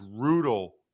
brutal